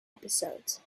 episodes